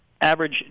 Average